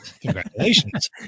Congratulations